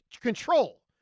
control